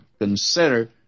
Consider